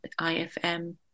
IFM